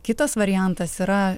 kitas variantas yra